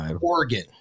Oregon